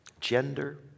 gender